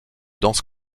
danse